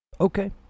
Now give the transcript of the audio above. Okay